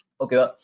okay